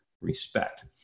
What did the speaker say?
respect